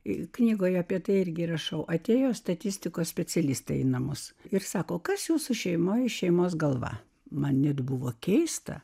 ir knygoje apie tai irgi rašau atėjo statistikos specialistai į namus ir sako kas jūsų šeimoje šeimos galva man net buvo keista